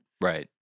Right